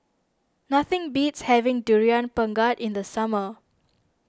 nothing beats having Durian Pengat in the summer